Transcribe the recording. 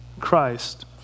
Christ